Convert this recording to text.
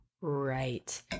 right